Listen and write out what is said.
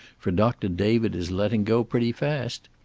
for doctor david is letting go pretty fast.